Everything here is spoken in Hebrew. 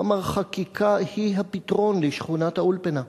הוא אמר: "חקיקה היא הפתרון לשכונת-האולפנה".